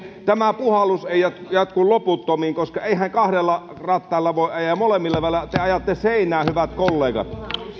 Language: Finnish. tämä puhallus jatku loputtomiin koska eihän kaksilla rattailla voi ajaa molemmilla vielä te ajatte seinään hyvät kollegat